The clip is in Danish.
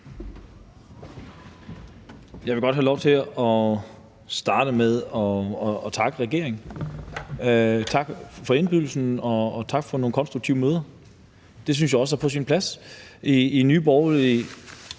Jeg vil godt have lov til at starte med at takke regeringen for indbydelsen og for nogle konstruktive møder. Det synes jeg også er på sin plads. I Nye Borgerlige